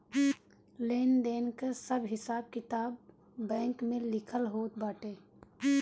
लेन देन कअ सब हिसाब किताब बैंक में लिखल होत बाटे